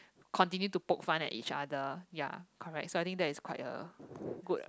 continue to poke fun at each other ya correct so I think that is quite a good